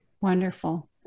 wonderful